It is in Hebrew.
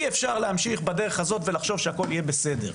אי אפשר להמשיך בדרך הזאת ולחשוב שהכול יהיה בסדר.